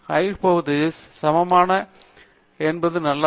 நல் ஹைப்போதீசிஸ் கள் சமமானவை என்பது நல்லதல்ல